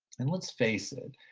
and let's face it,